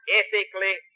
ethically